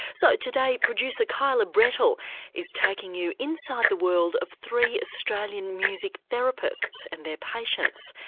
so today producer kyla brettle is taking you inside the world of three australian music therapists and their patients.